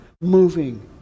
moving